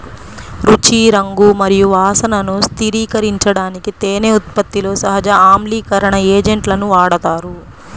రుచి, రంగు మరియు వాసనను స్థిరీకరించడానికి తేనె ఉత్పత్తిలో సహజ ఆమ్లీకరణ ఏజెంట్లను వాడతారు